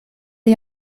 est